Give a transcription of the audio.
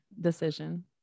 decision